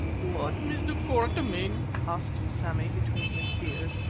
what, mr. quatermain, asked sammy between his tears,